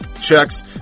checks